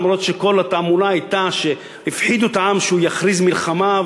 אף שכל התעמולה הייתה הפחדה של העם שהוא יכריז מלחמה,